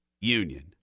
Union